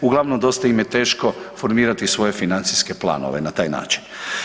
Uglavnom dosta im je teško formirati svoje financijske planove na taj način.